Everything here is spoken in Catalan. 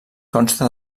consta